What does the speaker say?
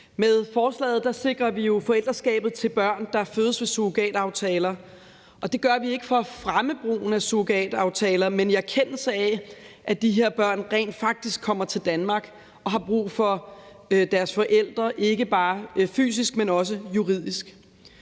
Med forslaget sikrer vi jo forældreskabet til børn, der fødes med surrogataftaler, og det gør vi ikke for at fremme brugen af surrogataftaler, men i erkendelse af, at de her børn rent faktisk kommer til Danmark og har brug for deres forældre, ikke bare fysisk, men også juridisk.